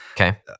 Okay